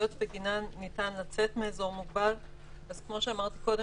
והאפשרויות בגינן ניתן לצאת מאזור מוגבל אז כמו שאמרתי קודם,